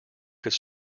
could